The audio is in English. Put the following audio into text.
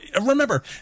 remember